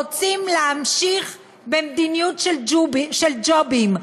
רוצים להמשיך במדיניות של ג'ובים,